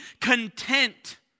content